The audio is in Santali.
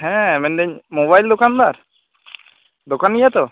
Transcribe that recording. ᱦᱮᱸ ᱢᱮᱱᱮᱫᱟᱹᱧ ᱢᱳᱵᱟᱭᱤᱞ ᱫᱚᱠᱟᱱ ᱫᱟᱨ ᱫᱚᱠᱟᱱᱤᱭᱟᱹ ᱛᱚ